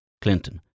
Clinton